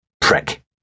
Prick